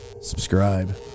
subscribe